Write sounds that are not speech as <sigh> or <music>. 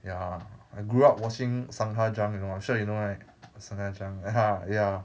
ya I grew up watching sungha jung you know I'm sure you know right sungha jung <laughs> ya